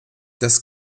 das